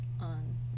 on